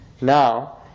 Now